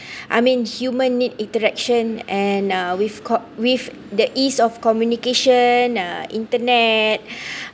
I mean human need interaction and uh with co~ with the ease of communication uh internet